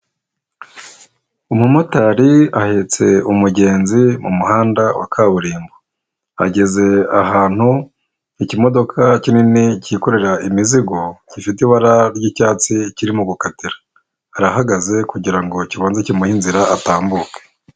Umumotari ahetse umugenzi mu muhanda wa kaburimbo, ageze ahantu ikimodoka kinini cyikorera imizigo gifite ibara ry'icyatsi kirimo gukatira, arahagaze kugirango kibanze kimuhe inzira atambuke.